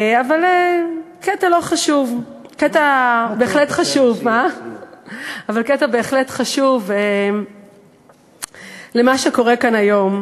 אבל קטע בהחלט חשוב למה שקורה כאן היום.